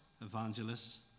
evangelists